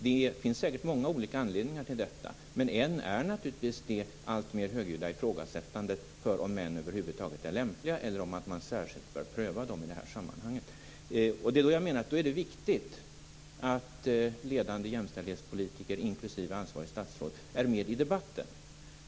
Det finns säkert många olika anledningar till detta, men en är naturligtvis det alltmer högljudda ifrågasättandet av om män över huvud taget är lämpliga för detta eller om man särskilt bör pröva dem i det här sammanhanget. Då är det viktigt att ledande jämställdhetspolitiker, inklusive ansvarigt statsråd, är med i debatten.